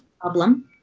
problem